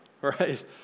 right